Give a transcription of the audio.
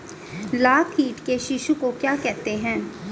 लाख कीट के शिशु को क्या कहते हैं?